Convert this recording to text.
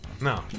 No